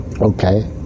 okay